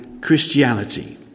Christianity